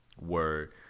word